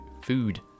food